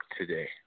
today